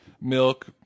milk –